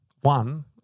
one